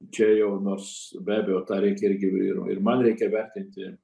čia jau nors be abejo tą reikia irgi ir man reikia vertinti